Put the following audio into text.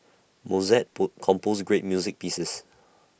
Mozart composed great music pieces